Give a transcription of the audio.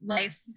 life